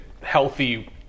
healthy